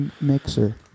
mixer